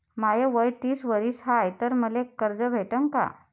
माय वय तीस वरीस हाय तर मले कर्ज भेटन का?